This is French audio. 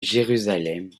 jérusalem